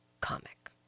comic